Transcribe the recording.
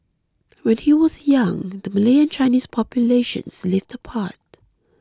when he was young the Malay and Chinese populations lived apart